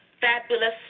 fabulous